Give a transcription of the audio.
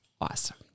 awesome